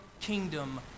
kingdom